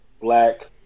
black